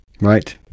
right